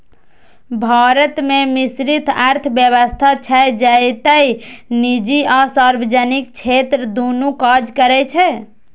भारत मे मिश्रित अर्थव्यवस्था छै, जतय निजी आ सार्वजनिक क्षेत्र दुनू काज करै छै